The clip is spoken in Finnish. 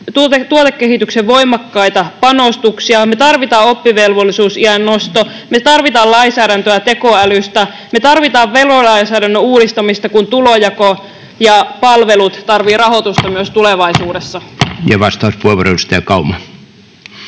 tuotekehityksen voimakkaita panostuksia. Me tarvitsemme oppivelvollisuusiän noston. Me tarvitsemme lainsäädäntöä tekoälystä. Me tarvitsemme verolainsäädännön uudistamista, kun tulonjako ja palvelut tarvitsevat rahoitusta myös tulevaisuudessa.